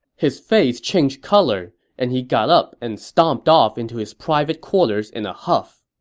his face changed color, and he got up and stomped off into his private quarters in a huff.